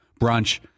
brunch